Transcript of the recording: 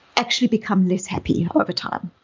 actually become less happy over time.